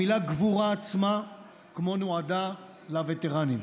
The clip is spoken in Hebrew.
המילה "גבורה" עצמה כמו נועדה לווטרנים.